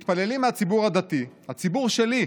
מתפללים מהציבור הדתי, הציבור שלי,